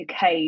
UK